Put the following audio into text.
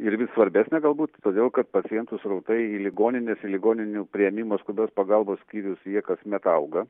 ir vis svarbesnė galbūt todėl kad pacientų srautai į ligonines į ligoninių priėmimo skubios pagalbos skyrius jie kasmet auga